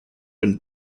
been